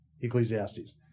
Ecclesiastes